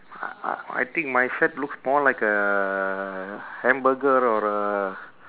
I I I think my shed looks more like a hamburger or a